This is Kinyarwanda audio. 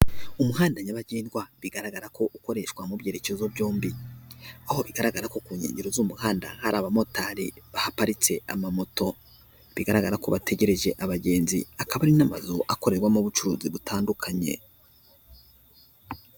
Umuhanda nyabagendwa bigaragara ko ukoreshwa mu byerekezo byombi, aho bigaragara ko ku nkengero z'umuhanda hari abamotari baparitse amamoto, bigaragara ko bategereje abagenzi akaba ari n'amazu akorerwamo ubucuruzi butandukanye.